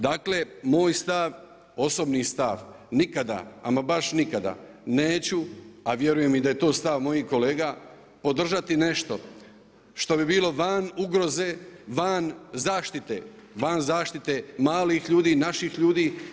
Dakle, moj stav, osobni stav nikada, ama baš nikada neću a vjerujem i da je to stav mojih kolega podržati nešto što bi bilo van ugroze, van zaštite, van zaštite malih ljudi, naših ljudi.